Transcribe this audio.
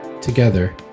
Together